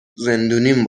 زندونیم